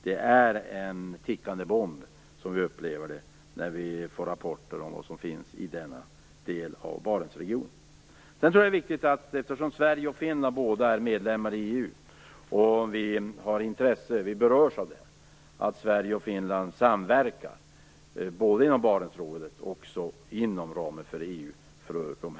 Det är en tickande bomb, så som vi upplever det när vi får rapporter om vad som finns i denna del av Barentsregionen. Sverige och Finland är båda medlemmar i EU, och vi berörs av de här frågorna. Det är då viktigt att Sverige och Finland samverkar både inom Barentsrådet och inom ramen för EU.